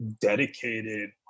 dedicated